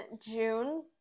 June